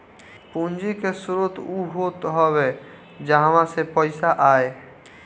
पूंजी के स्रोत उ होत हवे जहवा से पईसा आए